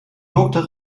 dokter